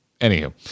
Anywho